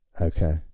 okay